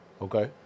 Okay